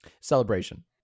Celebration